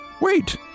Wait